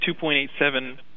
2.87